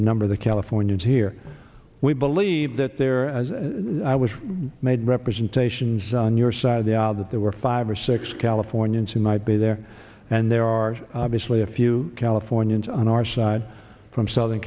a number that californians here we believe that there are as i was made representations on your side of the aisle that there were five or six californians who might be there and there are obviously a few californians on our side from southern